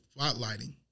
spotlighting